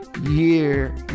year